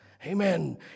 Amen